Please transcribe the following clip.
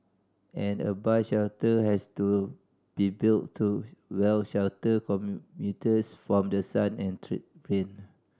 and a bus shelter has to be built to well shelter commuters from the sun and rain